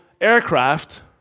aircraft